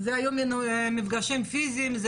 זה היו מפגשים פיזיים?